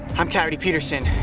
i'm coyote peterson,